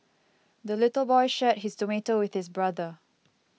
the little boy shared his tomato with his brother